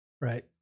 Right